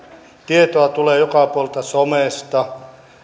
tietoa tulee joka puolelta somesta